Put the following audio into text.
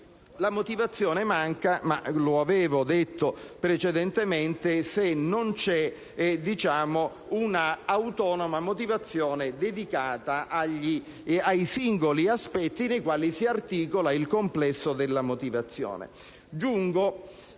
la motivazione manca - ma lo avevo detto precedentemente - se non c'è un'autonoma motivazione dedicata ai singoli aspetti nei quali si articola il complesso della motivazione.